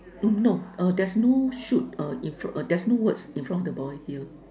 uh no uh there's no shoot uh in uh there's no words in front of the boy here